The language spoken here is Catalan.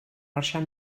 marxar